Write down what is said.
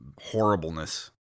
horribleness